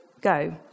go